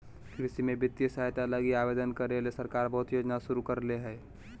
कृषि में वित्तीय सहायता लगी आवेदन करे ले सरकार बहुत योजना शुरू करले हइ